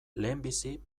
lehenbizi